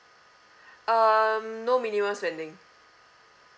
um no minimum spending